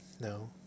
No